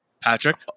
Patrick